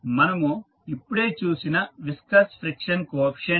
మనము ఇప్పుడే చూసిన విస్కస్ ఫ్రిక్షన్ కోఎఫీసియంట్